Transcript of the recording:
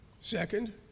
Second